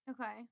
Okay